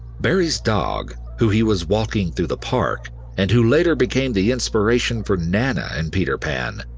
barrie's dog, who he was walking through the park and who later became the inspiration for nana in peter pan,